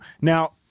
Now—